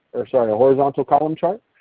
or sorry, horizontal column chart.